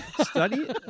Study